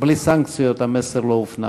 סנקציות המסר לא הופנם.